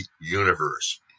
universe